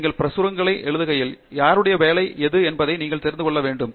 எனவே நீங்கள் பிரசுரங்களை எழுதுகையில் யாருடைய வேலை இது என்பதை நீங்கள் தெரிந்து கொள்ள வேண்டும்